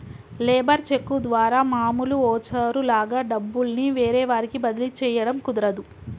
labour cheque ద్వారా మామూలు voucher లాగా డబ్బుల్ని వేరే వారికి బదిలీ చేయడం కుదరదు